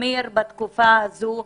ותחמיר בתקופה הזו,